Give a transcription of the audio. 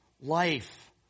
life